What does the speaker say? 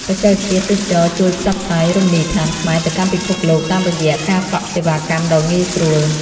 បច្ចេកវិទ្យាទេសចរណ៍ជួយផ្សព្វផ្សាយរមណីយដ្ឋានខ្មែរទៅកាន់ពិភពលោកតាមរយៈការកក់សេវាកម្មដ៏ងាយស្រួល។